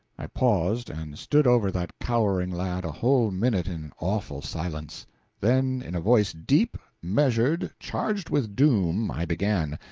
i paused, and stood over that cowering lad a whole minute in awful silence then, in a voice deep, measured, charged with doom, i began,